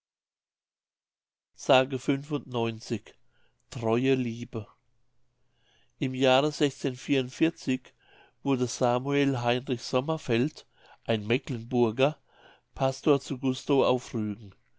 s treue liebe im jahre wurde samuel heinrich sommerfeld ein mecklenburger pastor zu gustow auf rügen